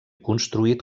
construït